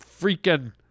freaking